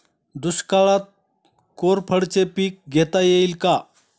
दुष्काळात कोरफडचे पीक घेता येईल का?